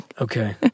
Okay